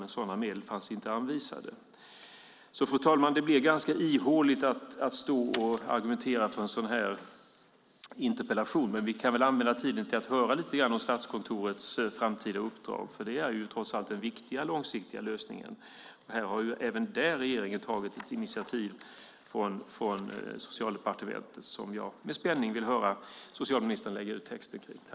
Men sådana medel fanns inte anvisade. Fru talman! Det blir ganska ihåligt att stå och argumentera för en sådan här interpellation. Men vi kan väl använda tiden till att få höra lite grann om Statskontorets framtida uppdrag. Det är ju trots allt den viktiga långsiktiga lösningen. Även där har regeringen från Socialdepartementet tagit ett initiativ som jag med spänning väntar på att få höra socialministern lägga ut texten om.